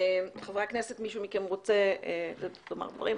חברי הכנסת רוצים לומר דברים.